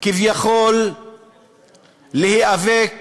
כביכול להיאבק